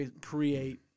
create